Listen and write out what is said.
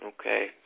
Okay